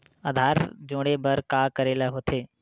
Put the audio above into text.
आधार जोड़े बर का करे ला होथे?